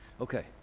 Okay